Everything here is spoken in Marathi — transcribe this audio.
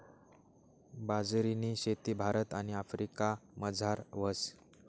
बाजरीनी शेती भारत आणि आफ्रिकामझार व्हस